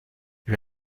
you